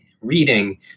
reading